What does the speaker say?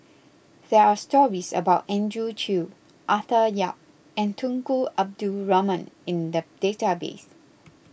there are stories about Andrew Chew Arthur Yap and Tunku Abdul Rahman in the database